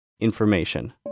Information